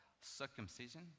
circumcision